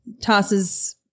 tosses